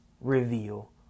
reveal